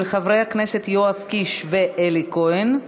של חברי הכנסת יואב קיש ואלי כהן.